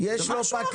שזה מה שביקשנו,